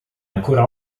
ancora